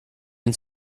ihn